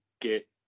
get